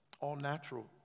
all-natural